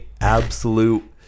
absolute